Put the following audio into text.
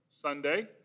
Sunday